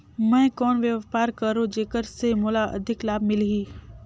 मैं कौन व्यापार करो जेकर से मोला अधिक लाभ मिलही?